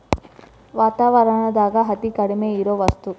ವಾತಾವರಣದಾಗ ಅತೇ ಕಡಮಿ ಇರು ವಸ್ತು